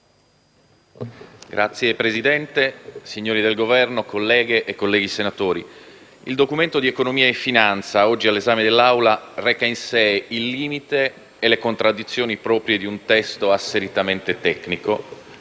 Signor Presidente, signori del Governo, colleghe e colleghi senatori, il Documento di economia e finanza, oggi all'esame dell'Assemblea, reca in sé il limite e le contraddizioni proprie di un testo asseritamente tecnico